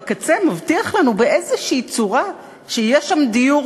בקצה מבטיח לנו באיזו צורה שיהיה שם דיור